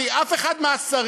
בלי אף אחד מהשרים,